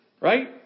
Right